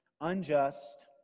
unjust